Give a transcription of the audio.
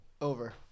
Over